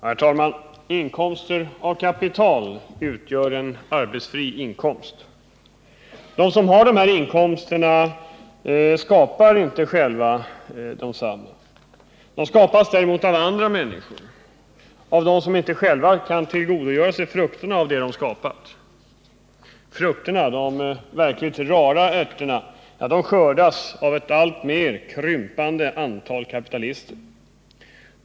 Herr talman! Inkomster av kapital utgör arbetsfri inkomst. De som har dessa inkomster skapar dem inte själva. De skapas av andra människor, av dem som inte kan tillgodogöra sig frukterna av det som de skapat. Frukterna, de verkligt rara ärtorna, skördas av ett alltmer krympande antal kapitalister.